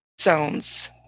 zones